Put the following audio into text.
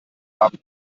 haben